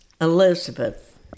Elizabeth